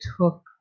took